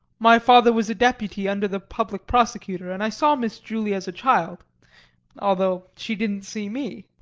my father was a deputy under the public prosecutor, and i saw miss julie as a child although she didn't see me!